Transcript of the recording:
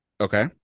Okay